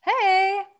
Hey